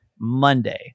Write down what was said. monday